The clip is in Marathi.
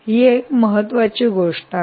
ही एक अतिशय महत्वाची गोष्ट आहे